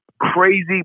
crazy